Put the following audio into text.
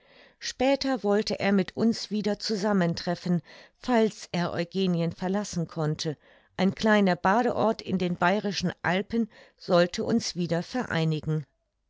später wollte er mit uns wieder zusammentreffen falls er eugenien verlassen konnte ein kleiner badeort in den bayrischen alpen sollte uns wieder vereinigen